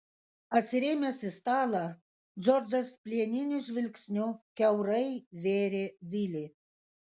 atsirėmęs į stalą džordžas plieniniu žvilgsniu kiaurai vėrė vilį